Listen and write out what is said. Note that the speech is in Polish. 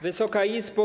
Wysoka Izbo!